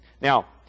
Now